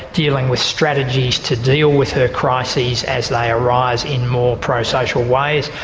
dealing with strategies to deal with her crises as they arise in more pro-social ways.